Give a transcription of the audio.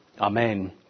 Amen